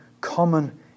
common